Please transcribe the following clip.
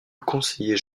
conseiller